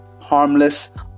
harmless